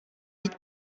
být